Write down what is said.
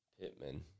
Pittman